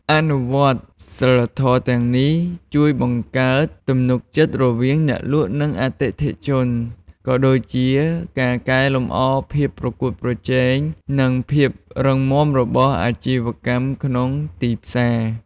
អនុវត្តសីលធម៌ទាំងនេះជួយបង្កើតទំនុកចិត្តរវាងអ្នកលក់ និងអតិថិជន ក៏ដូចជាការកែលម្អភាពប្រកួតប្រជែង និងភាពរឹងមាំរបស់អាជីវកម្មក្នុងទីផ្សារ។